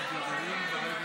שלך.